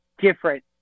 different